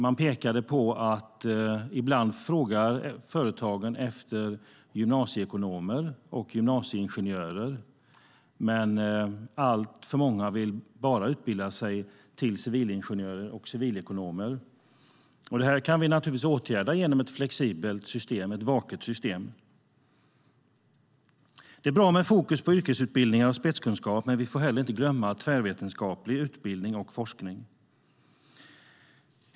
Man pekade på att företagen ibland frågar efter gymnasieekonomer och gymnasieingenjörer, men alltför många vill utbilda sig till civilingenjörer och civilekonomer. Det här kan vi naturligtvis åtgärda med hjälp av ett flexibelt och vaket system. Det är bra med fokus på yrkesutbildningar och spetskunskap, men vi får inte heller glömma tvärvetenskaplig utbildning och forskning.